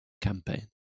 campaign